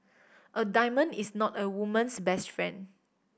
a diamond is not a woman's best friend